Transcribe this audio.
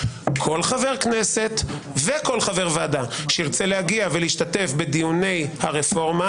שכל חבר כנסת וכל חבר ועדה שירצו להגיע ולהשתתף בדיוני הרפורמה